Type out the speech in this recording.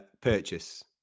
purchase